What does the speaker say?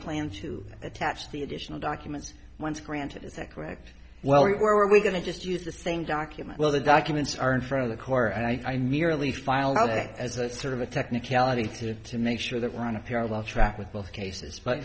plan to attach the additional documents once granted is that correct well we were we going to just use the same document well the documents are in front of the car and i merely filed it as a sort of a technicality to to make sure that we're on a parallel track with both cases but